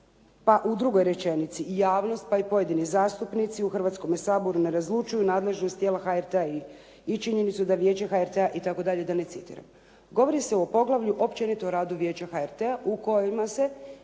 Pa u drugoj rečenici: "javnost, pa i pojedini zastupnici u Hrvatskome saboru ne razlučuju nadležnost tijela HRT-a i činjenicu da Vijeće HRT-a …" i tako dalje da ne citiram. Govori se u poglavlju općenito o radu Vijeća HRT-a u kojima se